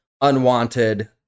unwanted